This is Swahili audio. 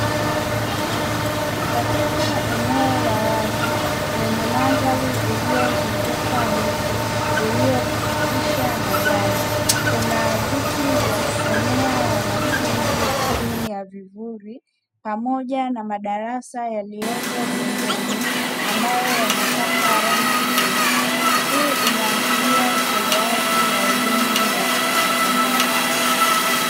Katika eneo la wazi lenye mandhari; iliyozungukwa miti iliyopukutisha majani, kuna viti vya kusomea wanafunzi chini ya vivuli pamoja na madarasa yaliyopo pembeni; ambayo yamepakwa rangi nyeupe. Hii inaashiria utolewaji wa elimu ya sekondari.